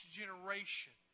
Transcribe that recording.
generation